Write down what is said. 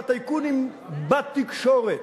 הטייקונים בתקשורת.